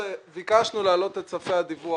ביקשנו להעלות את ספי הדיווח